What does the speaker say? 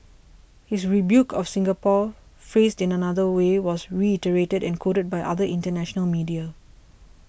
his rebuke of Singapore phrased in another way was reiterated and quoted by other international media